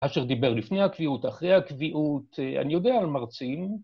‫אשר דיבר לפני הקביעות, ‫אחרי הקביעות, אני יודע על מרצים.